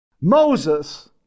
Moses